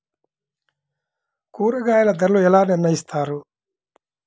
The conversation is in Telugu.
కూరగాయల ధరలు ఎలా నిర్ణయిస్తారు?